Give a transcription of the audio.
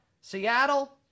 Seattle